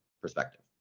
perspective